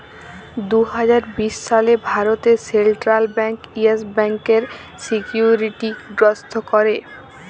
দু হাজার বিশ সালে ভারতে সেলট্রাল ব্যাংক ইয়েস ব্যাংকের সিকিউরিটি গ্রস্ত ক্যরে